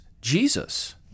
Jesus